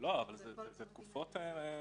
תקופות שמיתוספות.